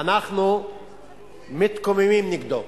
אנחנו מתקוממים נגדו.